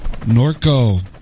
Norco